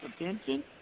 attention